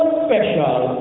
special